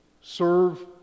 Serve